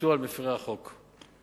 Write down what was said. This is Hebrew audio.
שיושתו על מפירי החוק.